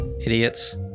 idiots